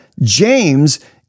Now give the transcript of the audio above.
James